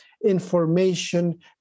information